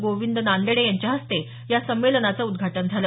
गोविंद नांदेडे यांच्या हस्ते या संमेलनाचं उद्घाटन झालं